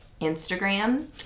Instagram